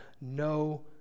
no